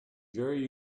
very